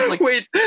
wait